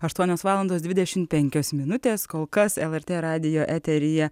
aštuonios valandos dvidešimt penkios minutės kol kas lrt radijo eteryje